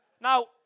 Now